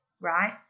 right